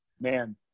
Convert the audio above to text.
Man